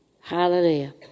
Hallelujah